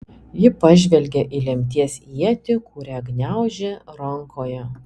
ji pažvelgė į lemties ietį kurią gniaužė rankoje